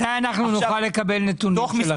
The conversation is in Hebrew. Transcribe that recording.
מתי אנחנו נוכל לקבל נתונים שלכם?